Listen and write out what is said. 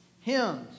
hymns